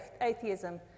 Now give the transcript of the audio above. atheism